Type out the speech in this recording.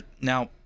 now